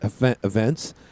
events